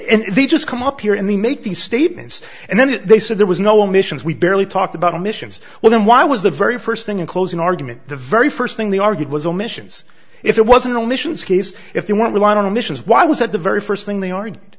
end they just come up here in the make these statements and then they said there was no omissions we barely talked about omissions well then why was the very first thing in closing argument the very first thing they argued was omissions if it wasn't all missions case if they want to rely on emissions why was it the very first thing they aren't